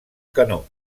canó